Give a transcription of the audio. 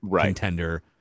contender